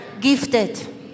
gifted